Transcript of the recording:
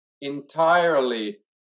entirely